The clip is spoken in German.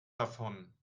davon